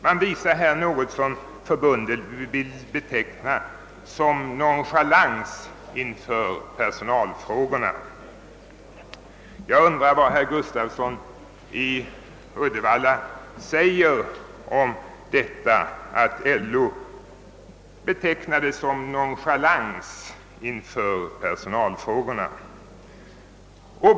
Man visar här något som förbundet vill beteckna som som nonchalans inför personalfrågor DB ee —N Jag undrar vad herr Gustafsson i Uddevalla säger om att LO betecknar detta som nonchalans inför personalfrågorna.